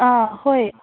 ꯑꯥ ꯍꯣꯏ